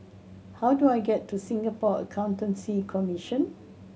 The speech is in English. how do I get to Singapore Accountancy Commission